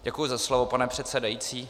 Děkuji za slovo, pane předsedající.